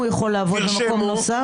האם הוא יכול לעבוד במקום נוסף?